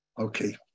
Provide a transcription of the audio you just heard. okay